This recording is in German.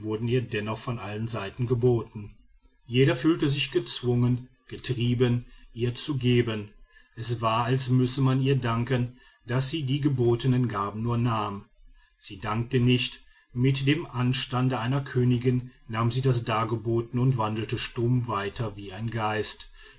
dennoch von allen seiten geboten jeder fühlte sich gezwungen getrieben ihr zu geben es war als müsse man ihr danken daß sie die gebotenen gabe nur nahm sie dankte nicht mit dem anstande einer königin nahm sie das dargebotenen und wandelte stumm weiter wie ein geist